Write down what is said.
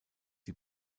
die